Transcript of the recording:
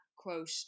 quote